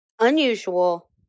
unusual